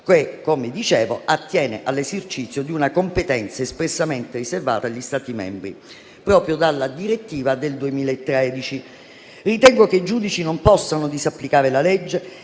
che, come dicevo, attiene all'esercizio di una competenza espressamente riservata agli Stati membri proprio dalla direttiva del 2013. Ritengo che i giudici non possano disapplicare la legge